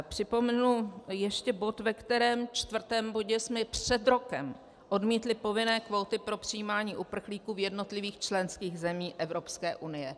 Připomenu ještě bod, ve kterém, ve čtvrtém bodě, jsme před rokem odmítli povinné kvóty po přijímání uprchlíků v jednotlivých členských zemích Evropské unie.